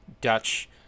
Dutch